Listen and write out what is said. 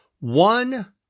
one